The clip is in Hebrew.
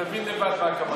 תבין לבד למה הכוונה.